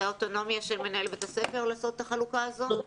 זאת אוטונומיה של מנהל בית הספר לעשות את החלוקה הזאת?